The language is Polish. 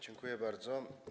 Dziękuję bardzo.